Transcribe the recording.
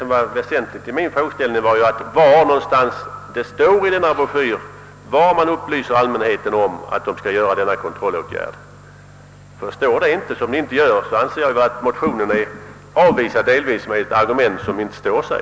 Och jag frågar: Var i broschyren med anvisningar lämnas upplysning om att denna kontrollåtgärd skall vidtagas? Står det inte — och det gör det inte — så anser jag att motionen avvisats med en argumentering som inte håller.